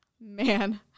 man